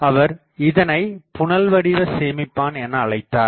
அவர் இதனைப் புனல்வடிவ சேமிப்பான் எனஅழைத்தார்